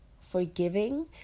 forgiving